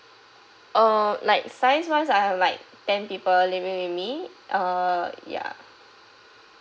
uh like size wise I have like ten people living with me uh ya